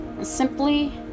Simply